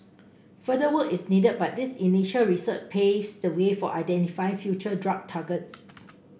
further work is needed but this initial research paves the way for identify future drug targets